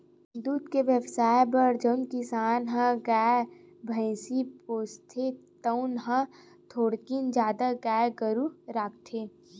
दूद के बेवसाय बर जउन किसान ह गाय, भइसी पोसथे तउन ह थोकिन जादा गाय गरूवा राखथे